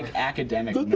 but academic.